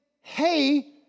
hey